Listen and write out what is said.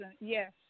Yes